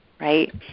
right